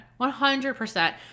100%